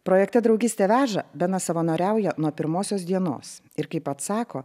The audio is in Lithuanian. projekte draugystė veža benas savanoriauja nuo pirmosios dienos ir kaip pats sako